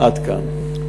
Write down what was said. עד כאן.